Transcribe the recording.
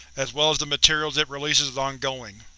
as well as the materials it releases, is ongoing.